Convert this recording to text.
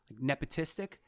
nepotistic